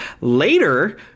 later